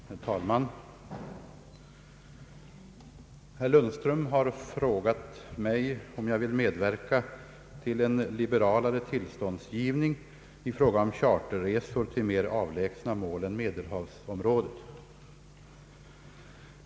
Herr talman! Herr Lundström har frågat mig om jag vill medverka till en liberalare tillståndsgivning i fråga om charterresor till mer avlägsna mål än Medelhavsområdet.